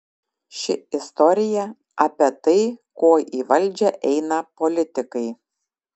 ši istorija apie tai ko į valdžią eina politikai